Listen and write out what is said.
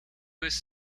was